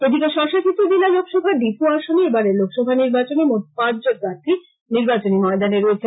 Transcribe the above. এদিকে স্বশাসিত জেলা লোকসভা ডিফু আসনে এবারের লোকসভা নির্বাচনে মোট পাঁচজন প্রার্থী নির্বাচনী ময়দানে রয়েছেন